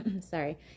sorry